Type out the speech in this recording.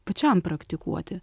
pačiam praktikuoti